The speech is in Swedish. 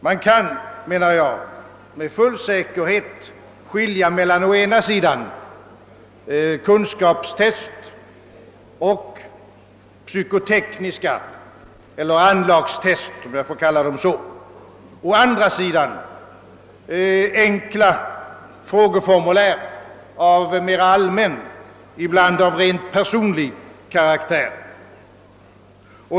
Man kan, menar jag, med full säkerhet skilja mellan å ena sidan kunskapstest och psykotekniska test — eller anlagstest, om jag får kalla dem så — och å andra sidan enkla frågeformulär av mer allmän, ibland rent personlig karaktär.